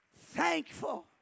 thankful